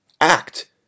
act